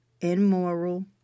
immoral